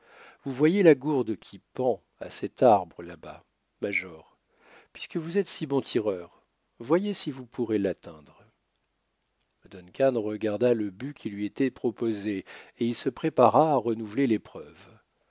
vous voyez la gourde qui pend à cet arbre là-bas major puisque vous êtes si bon tireur voyez si vous pourrez l'atteindre duncan regarda le but qui lui était proposé et il se prépara à renouveler l'épreuve